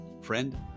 Friend